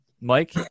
Mike